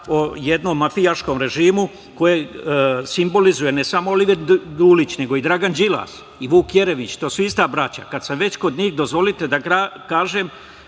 o jednom mafijaškom režimu, kojeg simbolizuje ne samo Oliver Dulić, nego i Dragan Đilas, Vuk Jeremić. To su ista braća. Kad sam već kod njih, dozvolite da kažem